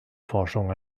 forschung